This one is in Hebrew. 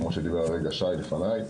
כמו שדיבר שי לפניי,